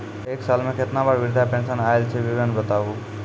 एक साल मे केतना बार वृद्धा पेंशन आयल छै विवरन बताबू?